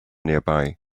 nearby